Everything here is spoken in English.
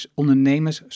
ondernemers